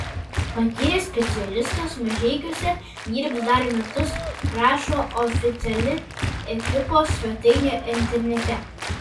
patyręs specialistas mažeikiuose dirbs dar metus rašo oficiali ekipos svetainė internete